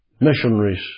missionaries